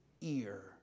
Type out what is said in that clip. ear